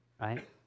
Right